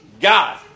God